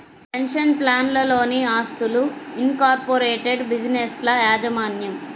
pension ప్లాన్లలోని ఆస్తులు, incorporated బిజినెస్ల యాజమాన్యం